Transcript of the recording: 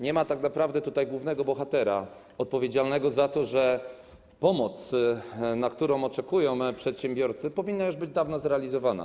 Nie ma tutaj tak naprawdę głównego bohatera odpowiedzialnego za to, że pomoc, na którą oczekują przedsiębiorcy, powinna już być dawno zrealizowana.